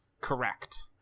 correct